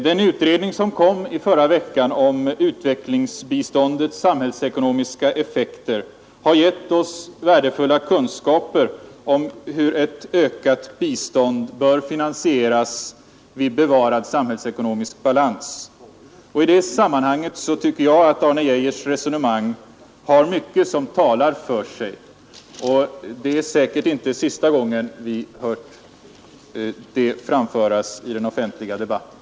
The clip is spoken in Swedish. Den utredning som framlades för några dagar sedan, om utvecklingsbiståndets samhällsekonomiska effekter, har givit oss värdefulla kunskaper om hur ett ökat bistånd bör finansieras vid bevarad samhällsekonomisk balans. I detta sammanhang tycker jag att mycket talar för Arne Geijers resonemang, och det är säkerligen inte sista gången vi hör det framföras i den offentliga debatten.